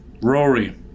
Rory